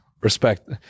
Respect